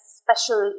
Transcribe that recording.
special